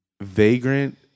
vagrant